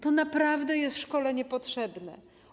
To naprawdę jest szkole niepotrzebne.